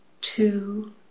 two